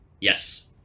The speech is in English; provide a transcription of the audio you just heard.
Yes